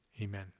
Amen